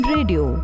Radio